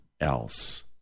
else